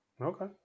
Okay